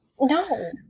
No